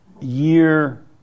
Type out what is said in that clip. year